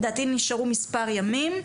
לדעתי נשארו מספר ימים.